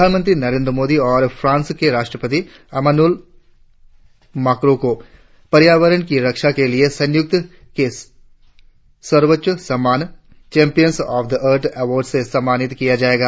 प्रधानमंत्री नरेंद्र मोदी और फ्रांस के राष्ट्रपति एमैनुएल मैक्रों को पर्यावरण की रक्षा के लिए संयुक्त के सर्वोच्च सम्मान champions of the earth award से सम्मानित किया जायेगा